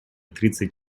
тридцать